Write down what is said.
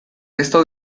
resto